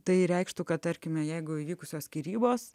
tai reikštų kad tarkime jeigu įvykusios skyrybos